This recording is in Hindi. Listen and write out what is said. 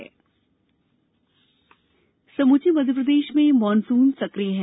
मौसम समूचे मध्यप्रदेश में मॉनसून सक्रिय है